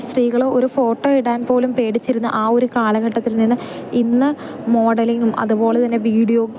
സ്ത്രീകൾ ഒരു ഫോട്ടോ ഇടാൻ പോലും പേടിച്ചിരുന്ന ആ ഒരു കാലഘട്ടത്തിൽ നിന്ന് ഇന്ന് മോഡലിങ്ങും അതുപോലെ തന്നെ വീഡിയോ